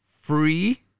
Free